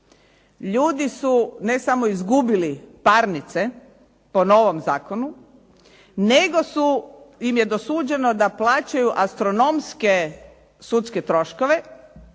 ljudi su ne samo izgubili parnice po novom zakonu nego im je dosuđeno da plaćaju astronomske sudske troškove.